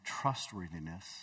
trustworthiness